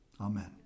Amen